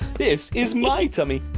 this is my tummy.